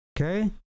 Okay